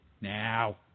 now